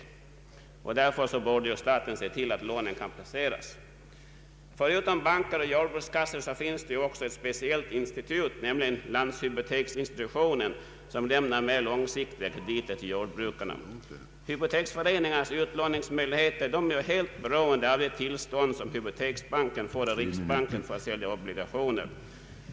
Därför borde staten se till att lånen kan placeras. Förutom banker och jordbrukskassor finns det ett speciellt institut, nämligen landshypoteksinstitutionen, som lämnar mera långsiktiga krediter till jordbrukarna. Hypoteksföreningarnas utlåningsmöjligheter är ju helt beroende av det tillstånd hypoteksbanken får av riksbanken att sälja obligationer.